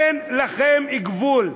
אין לכם גבול.